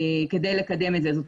כדי לקדם את זה.